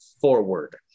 forward